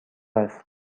است